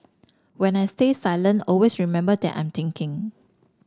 when I stay silent always remember that I'm thinking